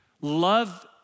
love